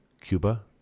Cuba